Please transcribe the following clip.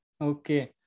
okay